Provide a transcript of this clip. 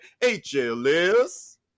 HLS